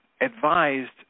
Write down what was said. advised